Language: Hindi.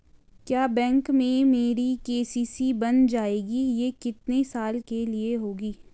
क्या बैंक में मेरी के.सी.सी बन जाएगी ये कितने साल के लिए होगी?